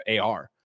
ar